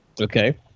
okay